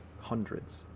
hundreds